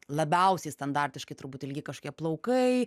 labiausiai standartiškai turbūt ilgi kažokie plaukai